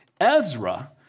Ezra